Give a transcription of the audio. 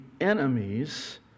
enemies